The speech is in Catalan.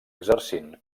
exercint